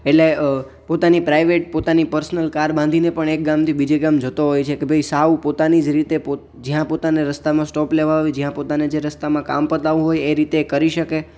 એટલે પોતાની પ્રાઇવેટ પોતાની પર્સનલ કાર બાંધીને પણ એક ગામથી બીજે ગામ જતો હોય છે કે ભાઈ સાવ પોતાની જ રીતે જ્યાં પોતાનો રસ્તાનો સ્ટોપ આવે હોય જ્યાં પોતાને રસ્તામાં કામ પતાવવું હોય એ રીતે કરી શકે